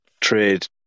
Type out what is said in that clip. trade